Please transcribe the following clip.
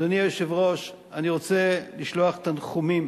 אדוני היושב-ראש, אני רוצה לשלוח תנחומים